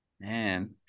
Man